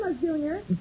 Junior